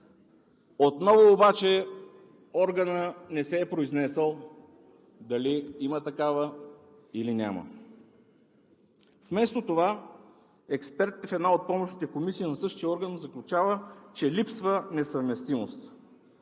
Отново обаче органът не се е произнесъл дали има такава, или няма. Вместо това експертите в една от помощните комисии на същия орган заключават, че липсва несъвместимост,